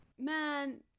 man